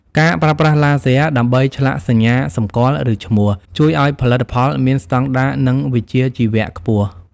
ការប្រើប្រាស់ឡាស៊ែរដើម្បីឆ្លាក់សញ្ញាសម្គាល់ ឬឈ្មោះ ជួយឱ្យផលិតផលមានស្តង់ដារ និងវិជ្ជាជីវៈខ្ពស់។